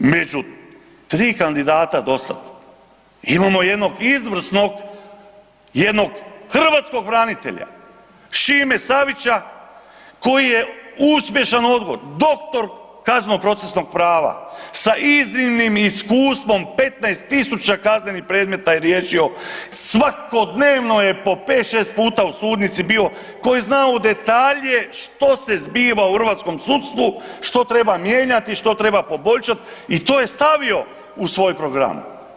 Među 3 kandidata dosad, imamo jednog izvrsnog, jednog hrvatskom branitelja, Šime Savića koji je uspješan doktor kazneno-procesnog prava sa iznimnim iskustvom 15 000 kaznenih predmeta je riješio, svakodnevno je po 5, 6 puta u sudnici ko je znao u detalje što se zbiva u hrvatskom sudstvu, što treba mijenjati, što treba poboljšati i to je stavio u svoj program.